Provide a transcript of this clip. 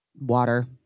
water